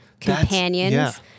companions